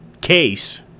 case